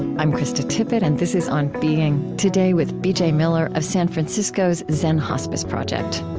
i'm krista tippett and this is on being. today, with b j. miller of san francisco's zen hospice project